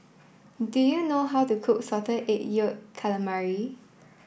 do you know how to cook salted egg yolk calamari